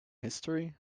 history